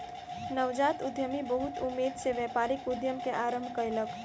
नवजात उद्यमी बहुत उमेद सॅ व्यापारिक उद्यम के आरम्भ कयलक